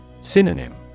Synonym